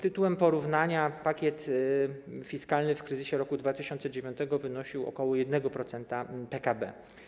Tytułem porównania pakiet fiskalny w kryzysie roku 2009 stanowił ok. 1% PKB.